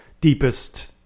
deepest